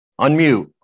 Unmute